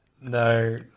No